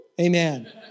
Amen